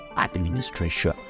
administration